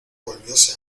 volvióse